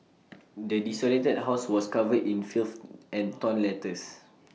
the desolated house was covered in filth and torn letters